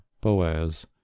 Boaz